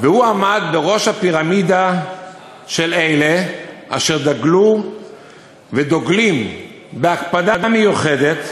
והוא עמד בראש הפירמידה של אלה אשר דגלו ודוגלים בהקפדה מיוחדת